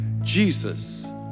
Jesus